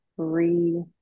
three